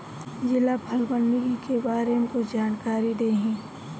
जिला फल मंडी के बारे में कुछ जानकारी देहीं?